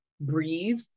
breathe